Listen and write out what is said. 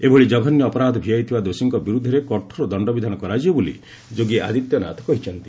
ଏଭଳି ଜଘନ୍ୟ ଅପରାଧ ଭିଆଇଥିବା ଦୋଷୀଙ୍କ ବିରୁଦ୍ଧରେ କଠୋର ଦଣ୍ଡବିଧାନ କରାଯିବ ବୋଲି ଯୋଗୀ ଆଦିତ୍ୟନାଥ କହିଛନ୍ତି